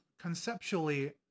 Conceptually